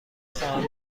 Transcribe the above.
خواهم